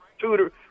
tutor